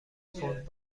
پوند